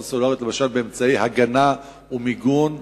הסלולריות למשל באמצעי הגנה ומיגון